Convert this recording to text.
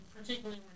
particularly